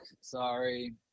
Sorry